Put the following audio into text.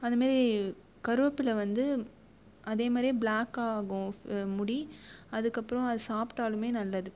அதுமாரி கறுவேப்பிலை வந்து அதே மாரியே பிளாக்காகும் முடி அதுக்கப்புறம் அதை சாப்டாலும் நல்லது